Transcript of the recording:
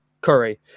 Curry